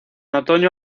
otoño